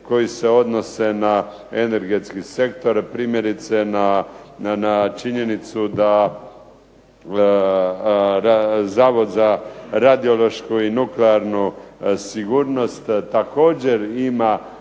koji se odnose na energetski sektor, primjerice na činjenicu da Zavod za radiološku i nuklearnu sigurnost također ima